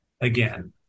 again